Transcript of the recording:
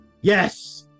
Yes